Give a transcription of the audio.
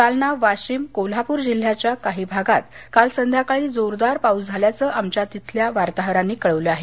जालना वाशिम कोल्हापूर जिल्ह्याच्या काही भागात काल संध्याकाळी जोरदार पाऊस झाल्याचं आमच्या तिथल्या वार्ताहरांनी कळवलं आहे